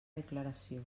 declaració